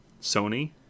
Sony